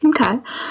Okay